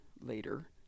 later